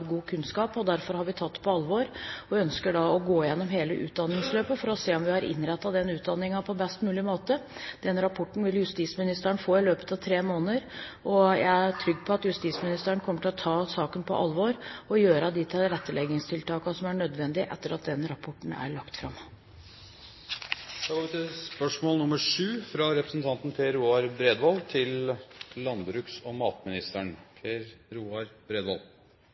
god kunnskap. Derfor har vi tatt på alvor og ønsker å gå igjennom hele utdanningsløpet for å se om vi har innrettet den utdanningen på best mulig måte. Den rapporten vil justisministeren få i løpet av tre måneder, og jeg er trygg på at justisministeren kommer til å ta saken på alvor og gjøre de tilretteleggingstiltakene som er nødvendig etter at den rapporten er lagt fram. Jeg ønsker å stille følgende spørsmål